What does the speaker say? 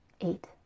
Eight